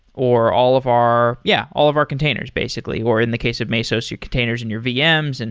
or all of our yeah, all of our containers basically, or in the case of mesos, your containers and your vms, and